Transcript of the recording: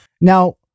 Now